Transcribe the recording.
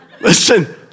Listen